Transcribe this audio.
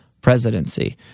presidency